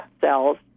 cells